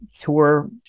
tour